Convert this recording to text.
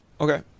Okay